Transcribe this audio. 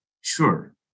Sure